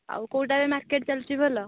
ଆଉ କୋଉଟା ରେ ମାର୍କେଟ୍ ଚାଲିଛି ଭଲ